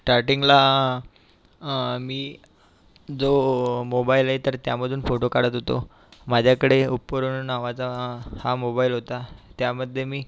स्टार्टींगला मी जो मोबाईल आहे तर त्यामधून फोटो काढत होतो माझ्याकडे ओपो नावाचा हा मोबाईल होता त्यामध्ये मी